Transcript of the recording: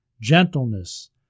gentleness